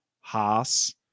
haas